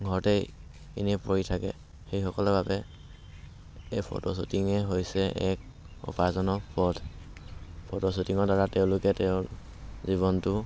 ঘৰতেই ইনেই পৰি থাকে সেইসকলৰ বাবে এই ফটো শ্বুটিঙেই হৈছে এক উপাৰ্জনৰ পথ ফটো শ্বুটিঙৰ দ্বাৰা তেওঁলোকে তেওঁৰ জীৱনটো